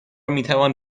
میتوان